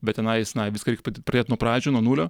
bet tenais na viską reik pr pradėt nuo pradžių nuo nulio